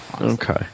Okay